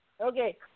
Okay